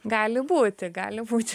gali būti gali būti